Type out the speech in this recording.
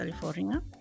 California